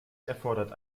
erfordert